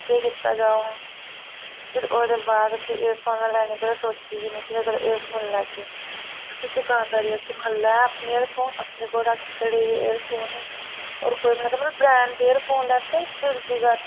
केह् कीता जा हून फेर ओह्दे बाद में फिर एयरफोन में लैने कदें सोचेआ बी नी कि में कदें एयरफोन लैगी उसी दकानदारे आखेआ महां लै अपने एयरफोन अपने कोल रक्ख सड़े जेह् एयरफोन एह् होर कोई मतलब ब्रैंड दे एयरफोन लैते फेर बी घट्ट